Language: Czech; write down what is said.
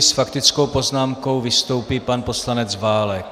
S faktickou poznámkou vystoupí pan poslanec Válek.